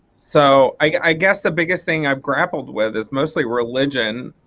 so i guess the biggest thing i've grappled with is mostly religion